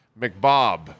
McBob